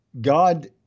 God